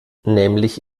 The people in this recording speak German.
nämlich